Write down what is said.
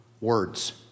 words